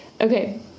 Okay